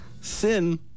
Sin